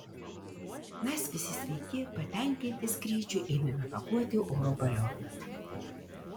mes visi sveiki patenkinti skrydžiu ėmėme pakuoti oro balioną